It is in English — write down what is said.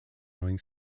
growing